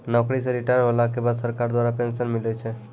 नौकरी से रिटायर होला के बाद सरकार द्वारा पेंशन मिलै छै